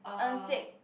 Encik